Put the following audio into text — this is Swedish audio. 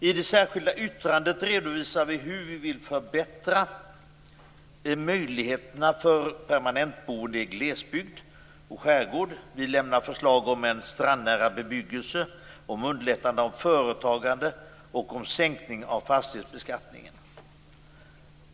I det särskilda yttrandet redovisar vi hur vi vill förbättra möjligheterna för permanentboende i glesbygd och skärgård. Vi lämnar förslag om strandnära bebyggelse, om underlättande av företagande och om sänkning av fastighetsbeskattningen.